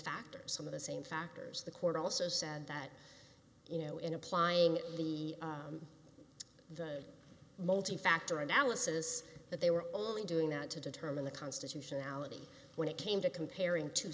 factors some of the same factors the court also said that you know in applying the the multi factor analysis that they were only doing that to determine the constitutionality when it came to comparing t